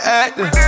acting